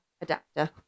adapter